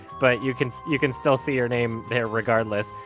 but you can you can still see your name there regardless.